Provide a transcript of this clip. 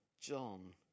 John